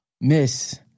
Miss